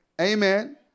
Amen